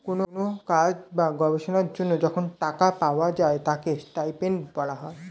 কোন কাজ বা গবেষণার জন্য যখন টাকা পাওয়া যায় তাকে স্টাইপেন্ড বলা হয়